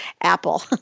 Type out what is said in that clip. Apple